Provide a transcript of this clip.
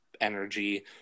energy